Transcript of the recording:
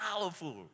powerful